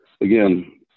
Again